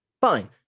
fine